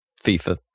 FIFA